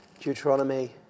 Deuteronomy